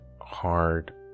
hard